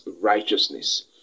righteousness